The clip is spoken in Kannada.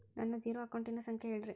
ನನ್ನ ಜೇರೊ ಅಕೌಂಟಿನ ಸಂಖ್ಯೆ ಹೇಳ್ರಿ?